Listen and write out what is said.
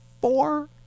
four